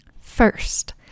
First